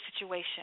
situation